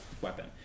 weapon